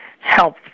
Help